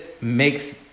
makes